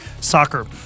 soccer